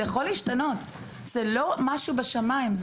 זה לא משהו בשמיים,